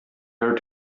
her